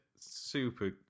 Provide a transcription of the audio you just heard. Super